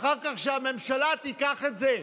ואחר כך שהממשלה תיקח את זה.